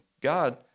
God